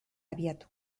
abiatu